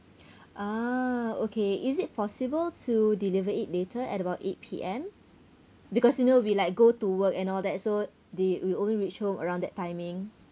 uh okay is it possible to deliver it later at about eight P_M because you know we like go to work and all that so they will only reach home around that timing